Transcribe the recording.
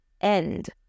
end